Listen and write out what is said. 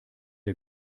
der